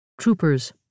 Troopers